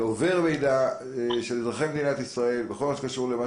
שעובר מידע של אזרחי מדינת ישראל בכל מה שקשור למה